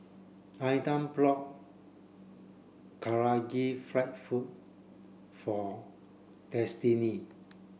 Ilah brought Karaage Fried Food for Destini